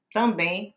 também